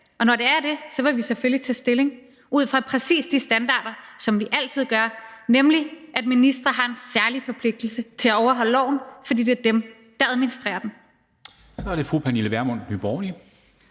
Og når det er det, vil vi selvfølgelig tage stilling ud fra præcis de standarder, som vi altid sætter, nemlig at ministre har en særlig forpligtelse til at overholde loven, fordi det er dem, der administrerer den. Kl. 14:12 Formanden (Henrik